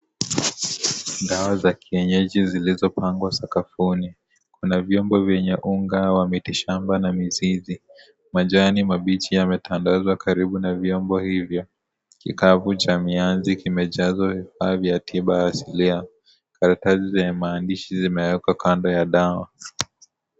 Dawa za kienyeji zilizopangwa sakafuni, kuna vyombo vyenye unga wa miti shamba na mizizi majani mabichi yametandazwa karibu na vyombo hivyo kikavu cha mianzi kimejazwa na tiba asilia zenye maandishi zimewekwa kando ya dawa.